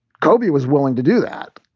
kobe was willing to do that.